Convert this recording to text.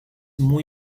muy